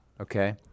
okay